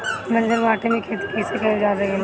बंजर माटी में खेती कईसे कईल जा सकेला?